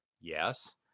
Yes